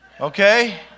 Okay